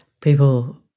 People